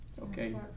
Okay